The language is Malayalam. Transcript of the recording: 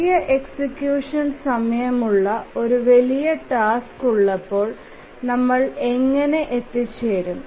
വലിയ എക്സിക്യൂഷൻ സമയമുള്ള ഒരു വലിയ ടാസ്ക് ഉള്ളപ്പോൾ നമ്മൾ എങ്ങനെ എത്തിച്ചേരും